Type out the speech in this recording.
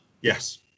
Yes